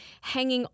hanging